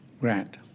grant